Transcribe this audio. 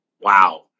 Wow